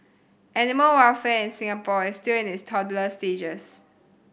animal welfare in Singapore is still in its toddler stages